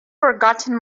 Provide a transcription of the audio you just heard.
forgotten